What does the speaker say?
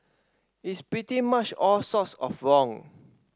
it's pretty much all sorts of wrong